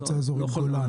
במועצה אזורית גולן?